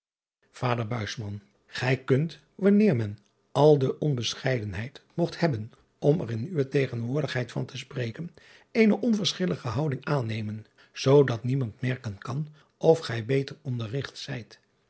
ader ij kunt wanneer men al de onbescheidenheid mogt hebben om er in uwe tegenwoordigheid van te spreken eene onverschillige houding aannemen zoodat niemand merken kan of gij beter onderrigt zijt